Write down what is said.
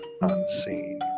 unseen